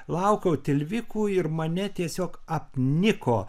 laukiau tilvikų ir mane tiesiog apniko